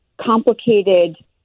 complicated